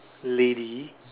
lady